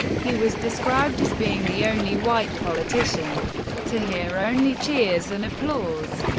he was described as being the only white politician to hear only cheers and applause.